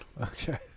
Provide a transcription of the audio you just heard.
Okay